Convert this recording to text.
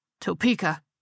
Topeka